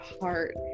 heart